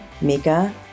Mika